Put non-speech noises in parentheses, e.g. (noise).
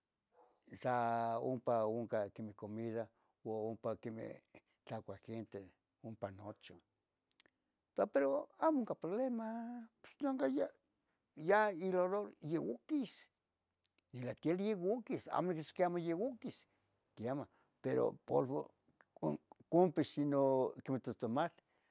sa ompa quemih comida u ompa quemih tlacua gente ompa nochan. Quitoua pero amo cah problema pos nonca ya, ya ilolor yoquis, (unintelligible) yoquis amo cox amo yeh iyoquis quemah pero polvo conpix inon quemeh tohtomac